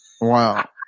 wow